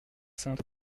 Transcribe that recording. saintes